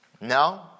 No